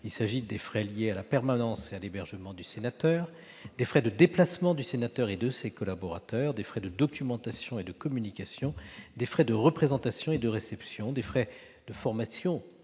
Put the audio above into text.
il s'agit des frais liés à la permanence et à l'hébergement du sénateur, des frais de déplacement du sénateur et de ses collaborateurs, des frais de documentation et de communication, des frais de représentation et de réception, des frais de formation